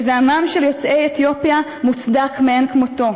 שזעמם של יוצאי אתיופיה מוצדק מאין כמותו,